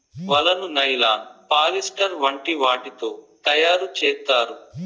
వలను nylon, polyester వంటి వాటితో తయారు చేత్తారు